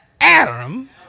Adam